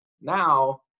Now